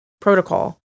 protocol